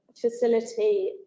facility